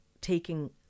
taking